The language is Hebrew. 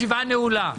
הישיבה נעולה.